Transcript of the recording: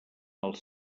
els